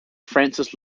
francis